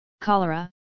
cholera